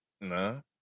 no